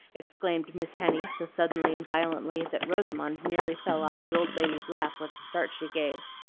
exclaimed miss henny, so suddenly and violently that rosamond nearly fell off the old lady's lap with the start she gave.